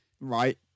Right